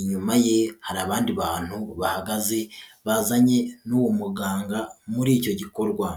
Inyuma ye, hari abandi bantu bahagaze, bazanye n'uwo muganga, muri icyo gikorwa.